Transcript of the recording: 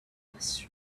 was